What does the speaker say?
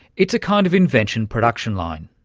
it's a kind of invention production line.